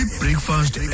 breakfast